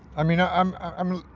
i mean i'm i'm